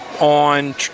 on